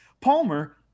Palmer